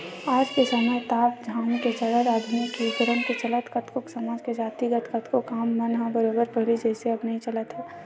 आज के समे ताम झाम के चलत आधुनिकीकरन के चलत कतको समाज के जातिगत कतको काम मन ह बरोबर पहिली जइसे अब नइ चलत हवय